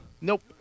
Nope